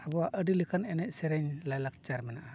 ᱟᱵᱚᱣᱟᱜ ᱟᱹᱰᱤ ᱞᱮᱠᱟᱱ ᱮᱱᱮᱡ ᱥᱮᱨᱮᱧ ᱞᱟᱭᱼᱞᱟᱠᱪᱟᱨ ᱢᱮᱱᱟᱜᱼᱟ